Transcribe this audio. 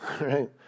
Right